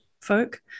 folk